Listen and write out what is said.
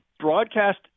broadcast